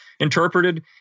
interpreted